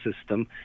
system